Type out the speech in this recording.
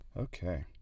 Okay